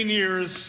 years